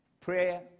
Prayer